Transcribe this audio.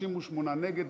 38 נגד,